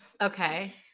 okay